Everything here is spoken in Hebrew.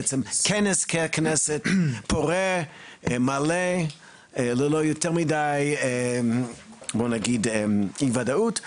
בעצם "כנס כנסת" פורה מלא וללא יותר מידי נקרא לזה "אי וודאות".